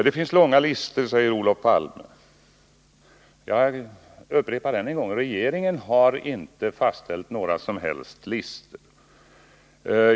Det finns långa listor, säger Olof Palme. Jag upprepar än en gång: Regeringen har inte fastställt några som helst listor.